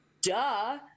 duh